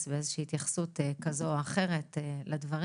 להתייחס איזושהי התייחסות כזו או אחרת לדברים?